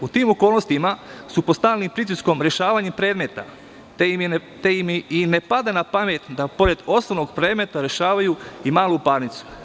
U tim okolnostima su pod stalnim pritiskom rešavanja predmeta, te im i ne pada na pamet da poredosnovnog predmeta rešavaju i malu parnicu.